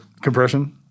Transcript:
compression